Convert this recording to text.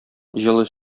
җылы